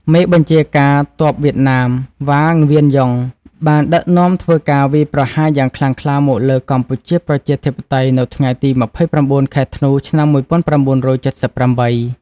មេបញ្ជាការទ័ពវៀតណាម វ៉ា ង្វៀនយុង បានដឹកនាំធ្វើការវាយប្រហារយ៉ាងខ្លាំងក្លាមកលើកម្ពុជាប្រជាធិបតេយ្យនៅថ្ងៃទី ២៩ ខែធ្នូ ឆ្នាំ ១៩៧៨។